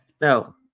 no